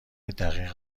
دقیق